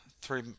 three